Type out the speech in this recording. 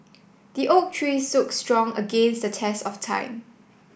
the oak tree stood strong against the test of time